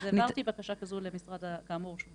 אז כאמור,